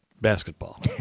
basketball